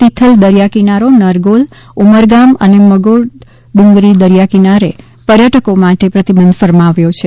તિથલ દરિયા કિનારો નરગોલ ઉમરગામ અને મગોદડ઼ંગરી દરિયા કિનારે પર્યટકો માટે પ્રતિબંધ ફરમાવવામાં આવ્યો છે